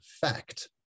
fact